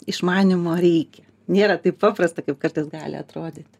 išmanymo reikia nėra taip paprasta kaip kartais gali atrodyti